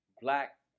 black